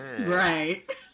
right